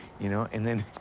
you know? and then